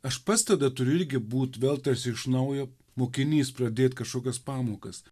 aš pats tada turiu irgi būt vėl tarsi iš naujo mokinys pradėt kažkokias pamokas